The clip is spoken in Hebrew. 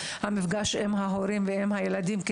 וגם המפגש עם ההורים ועם הילדים,